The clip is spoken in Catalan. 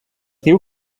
diu